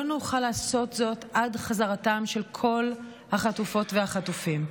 לא נוכל לעשות זאת עד חזרתם של כל החטופות והחטופים.